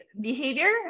behavior